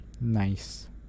Nice